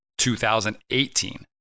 2018